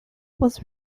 was